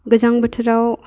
गोजां बोथोराव